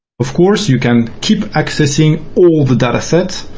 of course, you can keep accessing all the data sets,